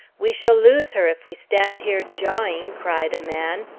we shall lose her if we stand here jawing, cried a man.